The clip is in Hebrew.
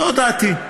זו דעתי.